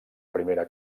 primera